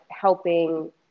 helping